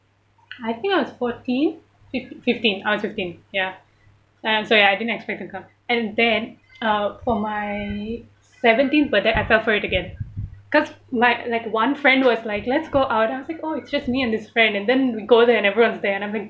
I think I was fourteen fif~ fifteen I was fifteen ya I'm sorry I didn't expect to count and then uh for my seventeenth birthday I fell for it again because like like one friend was like let's go out I was like oh it's just me and this friend and then we go there and everyone's there and I'm like